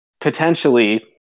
potentially